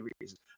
reasons